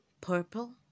purple